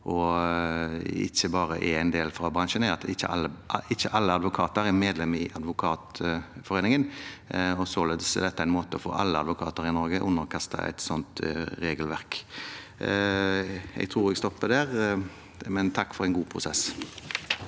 ikke bare er en del fra bransjen, er at ikke alle advokater er medlem i Advokatforeningen. Således er dette en måte å få alle advokater i Norge til å underkaste seg et sånt regelverk på. Jeg stopper der, men takk for en god prosess.